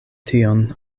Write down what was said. tion